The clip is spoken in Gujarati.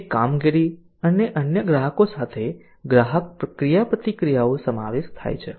તે કામગીરી અને અન્ય ગ્રાહકો સાથે ગ્રાહક ક્રિયાપ્રતિક્રિયાઓ સમાવેશ થાય છે